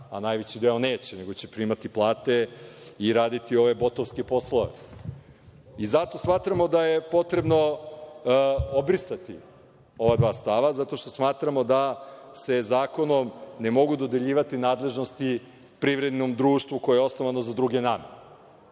a najveći deo neće, nego će primati plate i raditi ove botovske poslove. Zato smatramo da je potrebno obrisati ova dva stava, zato što smatramo da se zakonom ne mogu dodeljivati nadležnosti privrednom društvu koje je osnovano za druge namene